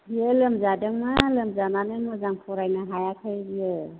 बियो लोमजादोंमोन लोमजानानै मोजां फरायनो हायाखै बियो